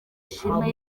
ishimwe